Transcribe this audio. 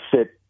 sit